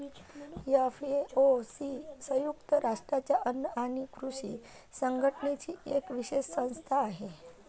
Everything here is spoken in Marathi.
एफ.ए.ओ ही संयुक्त राष्ट्रांच्या अन्न आणि कृषी संघटनेची एक विशेष संस्था आहे